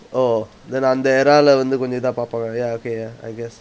oh then அந்த:antha era lah வந்து கொஞ்சம் இதா பாப்பாங்க:vanthu konjam itha pappanga ya okayya I guess